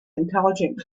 intelligent